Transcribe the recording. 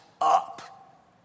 up